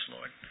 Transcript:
Lord